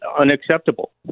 unacceptable